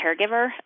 caregiver